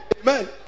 Amen